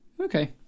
Okay